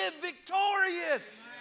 victorious